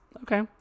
Okay